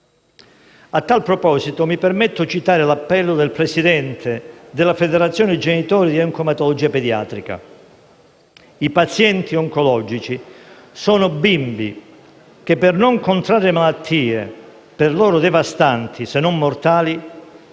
A tal proposito mi permetto di citare l'appello del presidente della Federazione genitori di oncoematologia pediatrica: «I pazienti oncologici sono bimbi che per non contrarre malattie per loro devastanti, se non mortali,